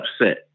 upset